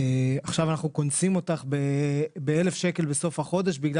עכשיו אנחנו קונסים אותך ב-1,000 שקל בסוף החודש.